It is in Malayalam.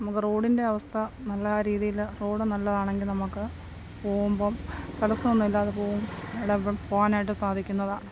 നമുക്ക് റോഡിൻ്റെ അവസ്ഥ നല്ല രീതിയിൽ റോഡ് നല്ലതാണെങ്കിൽ നമുക്ക് പോവുമ്പം തടസ്സം ഒന്നുമില്ലാതെ പോവും അവിടെ അപ്പം പോവാനായിട്ട് സാധിക്കുന്നതാണ്